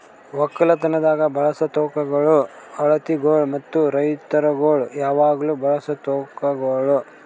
ಒಕ್ಕಲತನದಾಗ್ ಬಳಸ ತೂಕಗೊಳ್, ಅಳತಿಗೊಳ್ ಮತ್ತ ರೈತುರಗೊಳ್ ಯಾವಾಗ್ಲೂ ಬಳಸ ತೂಕಗೊಳ್